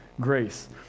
grace